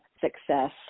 success